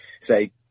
say